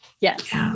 Yes